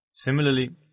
Similarly